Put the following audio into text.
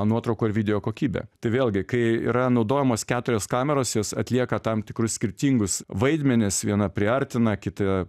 nuotraukų ir video kokybę tai vėlgi kai yra naudojamos keturios kameros jos atlieka tam tikrus skirtingus vaidmenis viena priartina kita